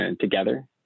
together